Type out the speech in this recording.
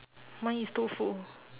mine is two full